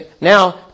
Now